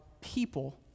people